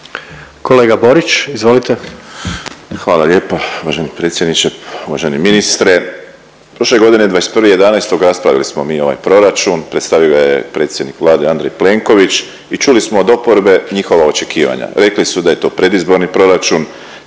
**Borić, Josip (HDZ)** Hvala lijepo uvaženi predsjedniče. Uvaženi ministre prošle godine 21.11. raspravili smo mi ovaj proračun, predstavio ga je predsjednik Vlade Andrej Plenković i čuli smo od oporbe njihova očekivanja. Rekli su da je to predizborni proračun,